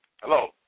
Hello